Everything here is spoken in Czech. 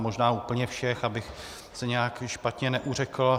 Možná úplně všech, abych se nějak špatně neuřekl.